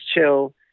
chill